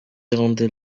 rendait